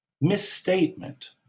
misstatement